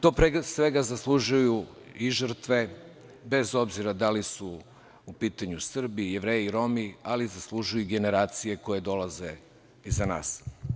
To, pregršt svega, zaslužuju i žrtve bez obzira da li su u pitanju Srbi, Jevreji, Romi, ali zaslužuju ih generacije koje dolaze iza nas.